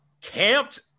camped